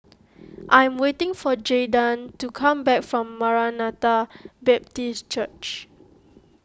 I am waiting for Jaydan to come back from Maranatha Baptist Church